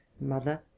mother